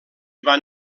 van